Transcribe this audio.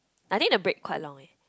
I think the break quite long eh